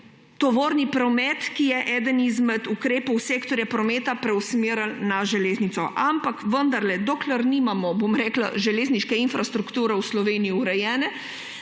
tovorni promet, ki je eden izmed ukrepov sektorja prometa, preusmerili na železnico. Ampak vendarle, dokler nimamo železniške infrastrukture v Sloveniji urejene,